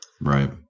Right